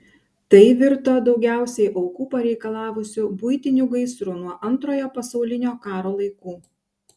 tai virto daugiausiai aukų pareikalavusiu buitiniu gaisru nuo antrojo pasaulinio karo laikų